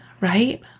right